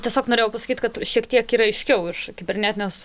tiesiog norėjau pasakyt kad šiek tiek yra aiškiau iš kibernetinės